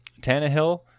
Tannehill